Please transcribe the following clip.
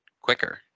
quicker